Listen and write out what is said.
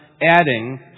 adding